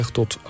tot